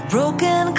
Broken